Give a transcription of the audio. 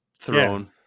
thrown